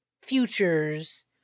futures